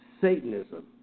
Satanism